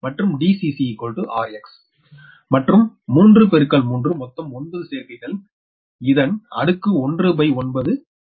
மற்றும் 3 பெருக்கல் 3 மொத்தம் 9 சேர்க்கைகள் இதன் அடுக்கு 19 ஆகும்